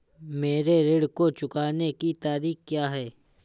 मेरे ऋण को चुकाने की तारीख़ क्या है?